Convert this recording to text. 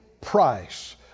price